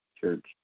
Church